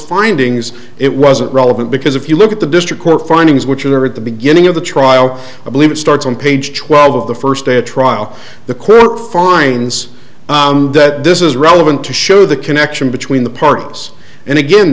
findings it wasn't relevant because if you look at the district court findings which are at the beginning of the trial i believe it starts on page twelve of the first day of trial the court finds that this is wrong and to show the connection between the parks and again